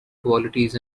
qualities